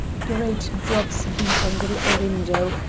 great drops beat on the little window,